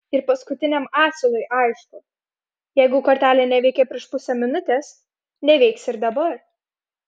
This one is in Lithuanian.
ir paskutiniam asilui aišku jeigu kortelė neveikė prieš pusę minutės neveiks ir dabar